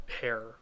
hair